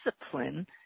discipline